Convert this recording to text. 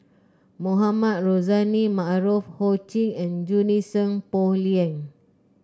Mohamed Rozani Maarof Ho Ching and Junie Sng Poh Leng